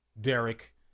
Derek